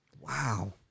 Wow